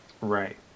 Right